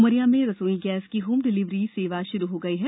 उमरिया में रसोईगैस की होम डिलेवरी सेवा शुरू हो गई है